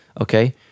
Okay